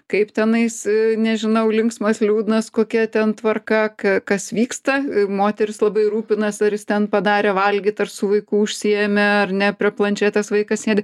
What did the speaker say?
kaip tenais nežinau linksmas liūdnas kokia ten tvarka kas vyksta moteris labai rūpinasi ar jis ten padarė valgyt ar su vaiku užsiėmė ar ne prie planšetės vaikas sėdi